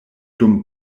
dum